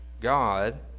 God